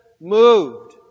moved